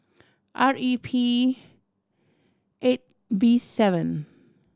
R E P eight B seven